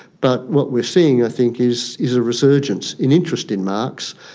but what we are seeing i think is is a resurgence in interest in marx,